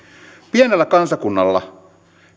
pienellä kansakunnalla